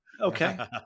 Okay